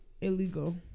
illegal